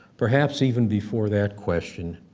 perhaps even before that question,